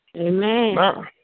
Amen